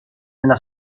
nella